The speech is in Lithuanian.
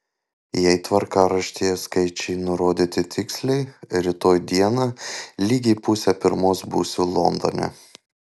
jei tvarkaraštyje skaičiai nurodyti tiksliai rytoj dieną lygiai pusę pirmos būsiu londone